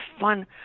fun